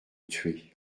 tué